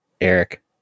Eric